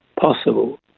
possible